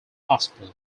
hospital